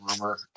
rumor